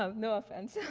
um no offense!